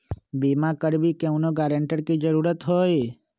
बिमा करबी कैउनो गारंटर की जरूरत होई?